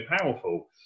powerful